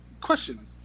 question